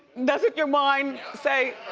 doesn't your mind say,